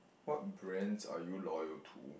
what brands are you loyal to